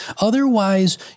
Otherwise